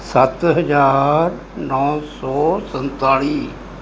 ਸੱਤ ਹਜ਼ਾਰ ਨੌ ਸੌ ਸੰਤਾਲੀ